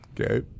okay